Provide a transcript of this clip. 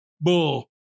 Bull